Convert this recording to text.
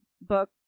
book